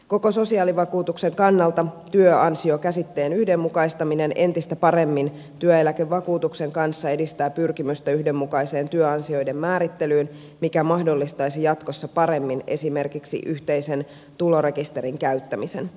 koko sosiaalivakuutuksen kannalta työansiokäsitteen yhdenmukaistaminen entistä paremmin työeläkevakuutuksen kanssa edistää pyrkimystä yhdenmukaiseen työansioiden määrittelyyn mikä mahdollistaisi jatkossa paremmin esimerkiksi yhteisen tulorekisterin käyttämisen